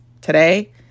Today